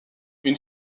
une